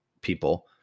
people